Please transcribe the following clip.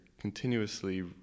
continuously